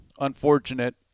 unfortunate